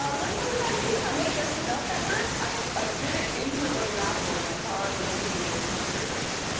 um like moving on, kimia you ate just a bell pepper? i bit into it like an apple in my car listening to david sedaris.